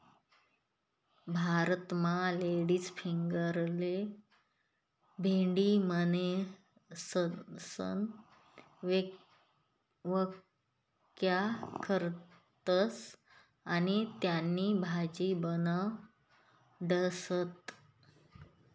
भारतमा लेडीफिंगरले भेंडी म्हणीसण व्यकखतस आणि त्यानी भाजी बनाडतस